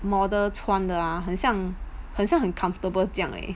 model 穿的 ah 很像很像很 comfortable 这样